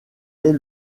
est